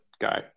guy